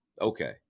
Okay